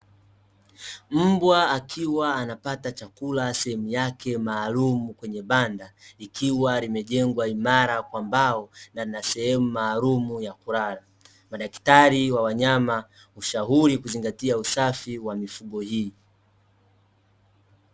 Mbwa akiwa anapata chakula sehemu yake maalumu kwenye banda, ikiwa limejengwa imara kwa mbao, na ina sehemu maalumu ya kulala. Madaktari wa wanyama hushauri kuzingatia usafi wa mifugo hii.